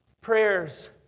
Prayers